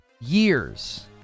years